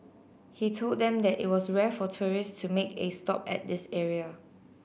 he told them that it was rare for tourists to make it stop at this area